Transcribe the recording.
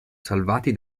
salvati